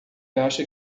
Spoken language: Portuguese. acha